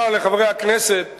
אומר לחברי הכנסת